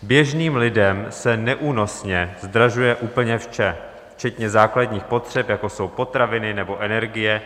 Běžným lidem se neúnosně zdražuje úplně vše včetně základních potřeb, jako jsou potraviny nebo energie.